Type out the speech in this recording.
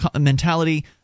mentality